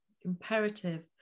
imperative